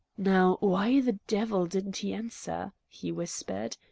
now, why the devil didn't he answer? he whispered.